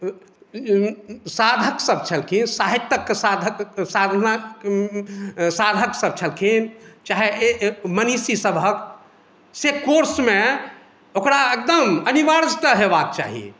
साधकसभ छलखिन साहित्यक साधक साधना साधकसभ छलखिन चाहे मनीषी सभक से कोर्समे ओकरा एकदम अनिवार्यतः होयबाक चाहियै